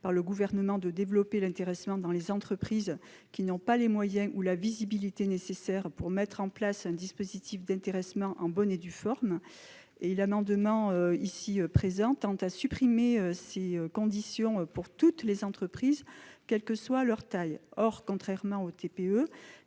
par le Gouvernement de développer l'intéressement dans les entreprises n'ayant pas les moyens ou la visibilité nécessaires pour mettre en place un dispositif d'intéressement en bonne et due forme. Or cet amendement tend à supprimer ces conditions pour toutes les entreprises, quelle que soit leur taille. Contrairement aux TPE,